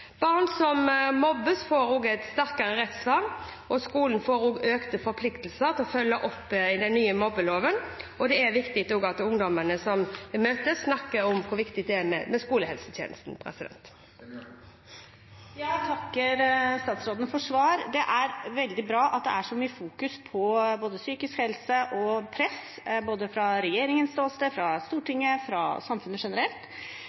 Barn som mobbes, får et sterkere rettsvern, og skolen får økte forpliktelser til å følge opp i den nye mobbeloven. Og ungdom jeg møter, snakker om hvor viktig skolehelsetjenesten er. Jeg takker statsråden for svaret. Det er veldig bra at det er fokusert så mye på psykisk helse og press både fra regjeringens ståsted, fra Stortinget og fra samfunnet generelt,